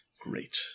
Great